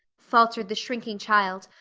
faltered the shrinking child,